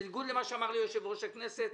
בניגוד למה שאמר לי יושב-ראש הכנסת,